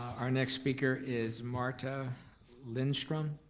our next speaker is marta lindstrom.